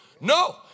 No